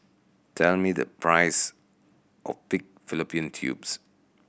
tell me the price of pig fallopian tubes